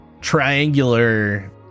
triangular